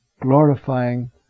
glorifying